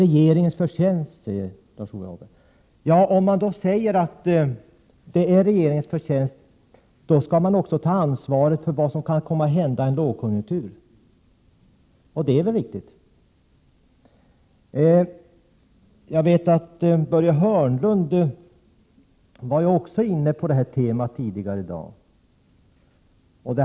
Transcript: frågar Lars-Ove Hagberg. Om man säger att det är regeringens förtjänst, skall man också ta ansvaret för vad som kan komma att hända i en lågkonjunktur, säger han. Det är väl riktigt. Jag vet att Börje Hörnlund också var inne på detta tema tidigare i dag.